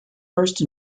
first